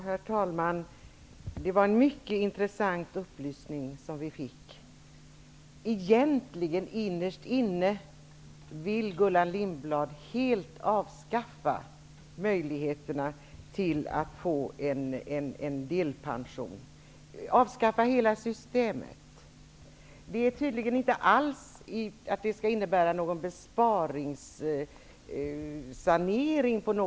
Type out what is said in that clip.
Herr talman! Det var en mycket intressant upplysning som vi fick. Egentligen vill Gullan Lindblad innerst inne helt avskaffa möjligheterna till delpension. Hon vill avskaffa hela systemet. Det skall tydligen inte innebära någon besparing.